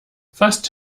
fast